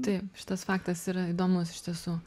taip šitas faktas yra įdomus iš tiesų